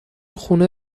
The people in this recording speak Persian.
خونه